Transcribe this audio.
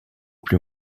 plus